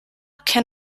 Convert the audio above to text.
can